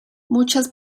muchas